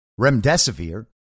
remdesivir